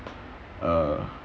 uh